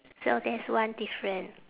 so that's one different